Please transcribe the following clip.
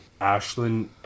Ashlyn